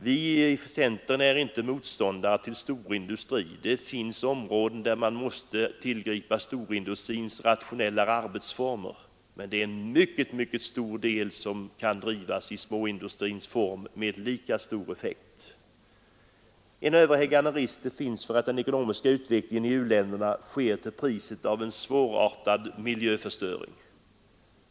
Vi i centern är inte motståndare till storindustri. Det finns områden där man måste tillgripa storindustrins rationella arbetsformer, men en mycket stor del kan drivas i småindustrins form med lika stor effekt. Det finns en överhängande risk för att den ekonomiska utvecklingen i u-länderna sker till priset av en svårartad miljöförstöring.